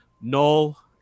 Null